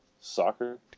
soccer